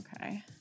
okay